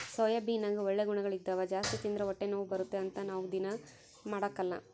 ಸೋಯಾಬೀನ್ನಗ ಒಳ್ಳೆ ಗುಣಗಳಿದ್ದವ ಜಾಸ್ತಿ ತಿಂದ್ರ ಹೊಟ್ಟೆನೋವು ಬರುತ್ತೆ ಅಂತ ನಾವು ದೀನಾ ಮಾಡಕಲ್ಲ